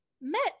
met